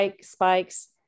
spikes